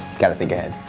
gotta think ahead.